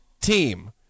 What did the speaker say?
team